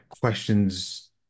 questions